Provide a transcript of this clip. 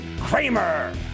kramer